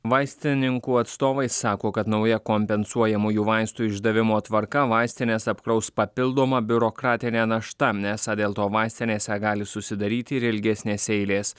vaistininkų atstovai sako kad nauja kompensuojamųjų vaistų išdavimo tvarka vaistines apkraus papildoma biurokratinė našta nes dėl to vaistinėse gali susidaryti ir ilgesnės eilės